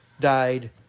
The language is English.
died